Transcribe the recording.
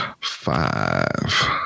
five